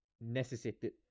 necessitated